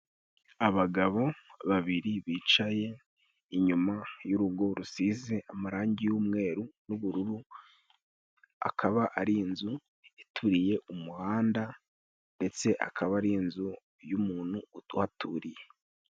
Abagabo babiri bicaye inyuma y'urugo rusize amarangi y'umweru n'ubururu, akaba ari inzu ituriye umuhanda ndetse akaba ari inzu y'umuntu uhaturiye.